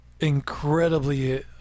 incredibly